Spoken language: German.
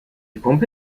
pumpe